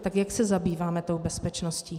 Tak jak se zabýváme bezpečností?